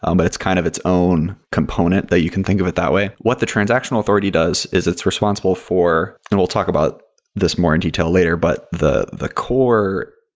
um but it's kind of its own component that you can think of it that way. what the transactional authority does is it's responsible for and we'll talk about this more in detail later, but the the core,